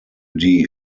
die